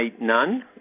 none